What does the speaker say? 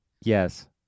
Yes